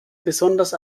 besonders